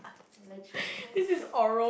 legit eh no joke